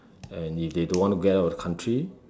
and if they don't want to get out the country